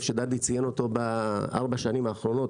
שדדי ציין אותו בארבע השנים האחרונות,